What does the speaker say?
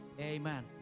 Amen